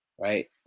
right